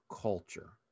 culture